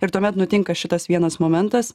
ir tuomet nutinka šitas vienas momentas